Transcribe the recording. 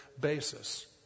basis